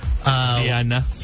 Diana